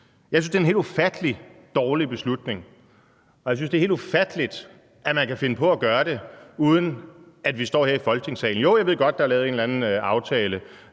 Jeg synes, det er en helt ufattelig dårlig beslutning, og jeg synes, det er helt ufatteligt, at man kan finde på at gøre det, uden at vi står her i Folketingssalen. Jo, jeg ved godt, at der er lavet en eller anden aftale